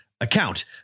account